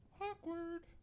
Awkward